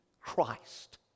Christ